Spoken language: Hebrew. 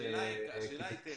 השאלה היא טכנית.